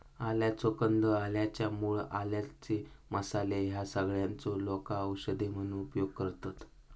आल्याचो कंद, आल्याच्या मूळ, आला, आल्याचे मसाले ह्या सगळ्यांचो लोका औषध म्हणून उपयोग करतत